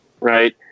right